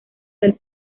del